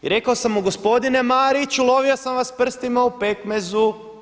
I rekao sam mu gospodine Marić, ulovio sam vas s prstima u pekmezu.